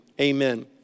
Amen